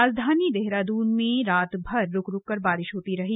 राजधानी देहरादून में रातभर रुक रुक कर बारिश होती रही